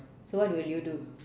so what will you do